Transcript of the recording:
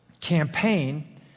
campaign